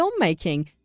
filmmaking